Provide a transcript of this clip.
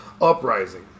uprising